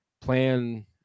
plan